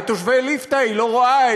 את תושבי ליפתא היא לא רואה,